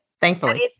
thankfully